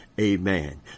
Amen